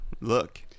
look